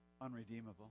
unredeemable